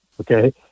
Okay